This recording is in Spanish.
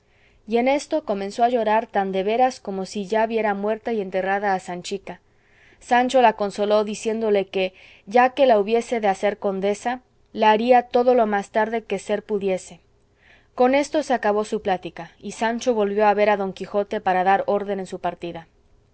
y en esto comenzó a llorar tan de veras como si ya viera muerta y enterrada a sanchica sancho la consoló diciéndole que ya que la hubiese de hacer condesa la haría todo lo más tarde que ser pudiese con esto se acabó su plática y sancho volvió a ver a don quijote para dar orden en su partida